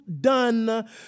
done